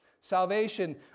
Salvation